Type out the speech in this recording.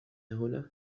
هنا